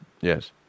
Yes